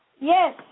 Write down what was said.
Yes